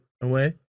away